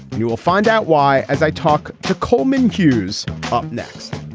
you will find out why. as i talk to coleman cues up next